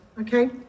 okay